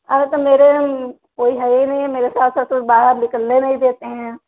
अरे तो मेरे कोई है ही नहीं है मेरे सास ससुर बाहर निकलने ही नहीं देते हैं